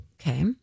Okay